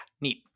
neat